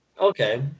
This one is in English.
Okay